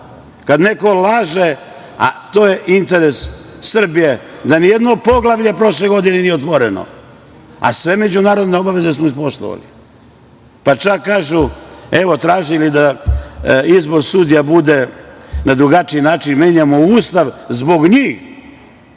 Kad neko laže, a to je interes Srbije, da nijedno poglavlje prošle godine nije otvoreno, a sve međunarodne obaveze smo ispoštovali, pa čak kažu, evo, tražili da izbor sudija bude na drugačiji način, menjamo Ustav zbog njih,